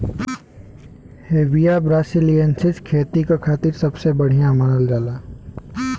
Hevea brasiliensis खेती क खातिर सबसे बढ़िया मानल जाला